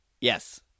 yes